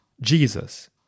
Jesus